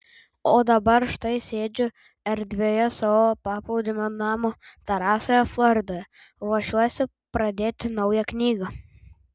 o dabar štai sėdžiu erdvioje savo paplūdimio namo terasoje floridoje ruošiuosi pradėti naują knygą